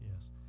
yes